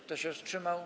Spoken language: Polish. Kto się wstrzymał?